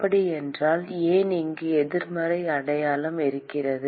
அப்படியென்றால் ஏன் இங்கு எதிர்மறை அடையாளம் இருக்கிறது